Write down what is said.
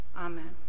Amen